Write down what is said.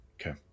Okay